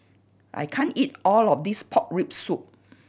I can't eat all of this pork rib soup